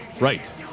Right